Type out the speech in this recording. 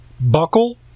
Buckle